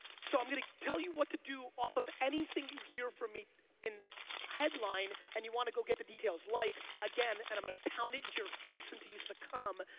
so i'm gonna tell you what to do off of anything you hear from me in headline and you want to go get the details like again, and i'm gonna pound it into your face until you succumb,